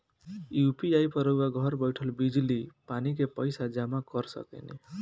UPI पर रउआ घर बईठल बिजली, पानी के पइसा जामा कर सकेनी